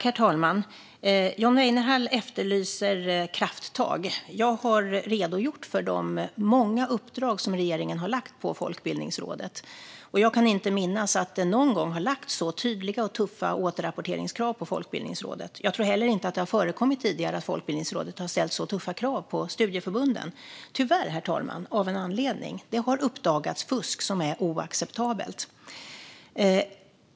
Herr talman! John Weinerhall efterlyser krafttag. Jag har redogjort för de många uppdrag som regeringen har lagt på Folkbildningsrådet. Jag kan inte minnas att det någon gång har lagts så tydliga och tuffa återrapporteringskrav på Folkbildningsrådet. Jag tror heller inte att det har förekommit tidigare att Folkbildningsrådet har ställt så tuffa krav på studieförbunden, tyvärr av en anledning: Det har uppdagats fusk som är oacceptabelt.